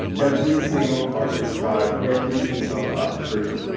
every single part of this product, every detail thought through.